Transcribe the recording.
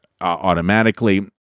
automatically